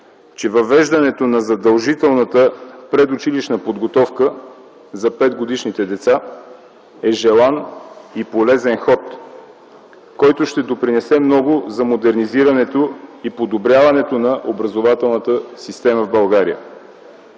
че въвеждането на задължителната предучилищна подготовка за петгодишните деца е желан и полезен ход, който ще допринесе много за модернизирането и подобряването на образователната система в България.